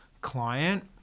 client